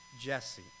Jesse